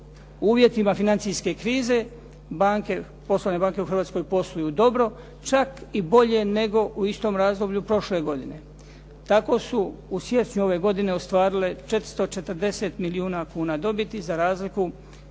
uvjetima financijske krize banke, poslovne banke u Hrvatskoj posluju dobro čak i bolje nego u istom razdoblju prošle godine. Tako su u siječnju ostvarile 440 milijuna kuna dobiti za razliku